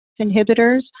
inhibitors